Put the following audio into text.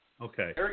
Okay